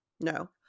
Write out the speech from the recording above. no